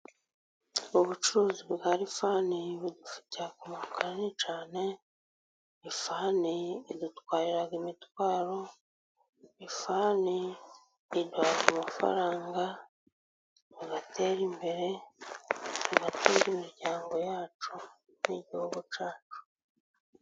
Ubucuruzi bwa lifani bugira umumaro munini cyane, lifani idutwarira imitwaro lifani iduha ku mafaranga tugatera imbere, tugatunga imiryango yacu n'igihugu cyacu.